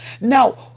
now